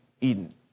Eden